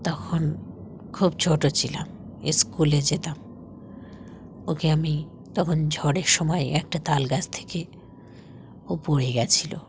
তখন খুব ছোট ছিলাম স্কুলে যেতাম ওকে আমি তখন ঝড়ের সময় একটা তাল গাছ থেকে ও পড়ে গিয়েছিল